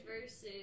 versus